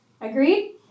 Agreed